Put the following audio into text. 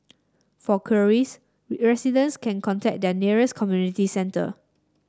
for queries residents can contact their nearest community centre